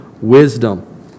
wisdom